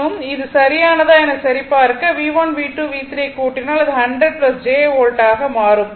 இது சரியானதா என சரிபார்க்க V1 V2 V3 ஐ கூட்டினால் அது 100 j வோல்ட்டாக மாறும்